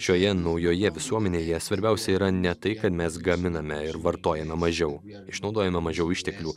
šioje naujoje visuomenėje svarbiausia yra ne tai kad mes gaminame ir vartojame mažiau išnaudojame mažiau išteklių